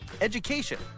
education